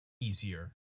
easier